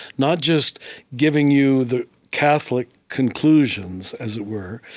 not just giving you the catholic conclusions, as it were,